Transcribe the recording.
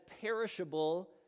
perishable